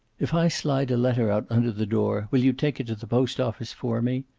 if i slide a letter out under the door, will you take it to the post-office for me?